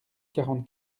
quarante